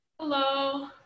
hello